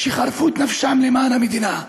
שחירפו את נפשם למען המדינה.